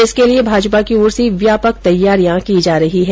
इसके लिए भाजपा की ओर से व्यापक तैयारियां की जा रही है